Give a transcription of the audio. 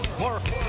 work